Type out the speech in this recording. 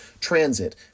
Transit